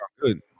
good